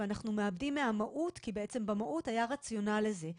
ואנחנו מאבדים מהמהות כי במהות היה רציונל לזה.